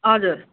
हजुर